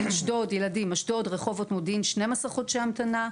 באשדוד, רחובות ומודיעין 12 חודשי המתנה.